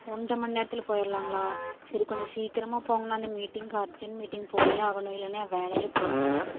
ஒன்றாமணி நேரத்தில் போயிறாங்களா சரி கொஞ்ச சீக்கரமாக போங்கண்ணா அந்த மீட்டிங்க்கு அர்ஜென்ட் மீட்டிங் போயே ஆகணும் இல்லைனா என் வேலையே போயிருங்ண்ணா